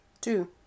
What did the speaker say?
Two